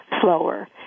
slower